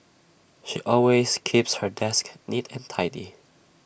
she always keeps her desk neat and tidy